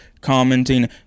commenting